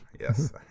Yes